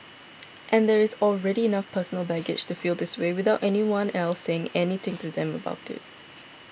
and there is already enough personal baggage to feel this way without anyone else saying anything to them about it